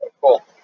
Cool